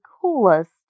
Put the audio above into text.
coolest